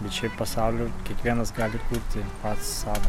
bet šiaip pasaulį kiekvienas gali kurti pats savo